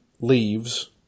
leaves